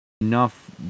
enough